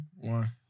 one